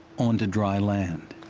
onto dry land.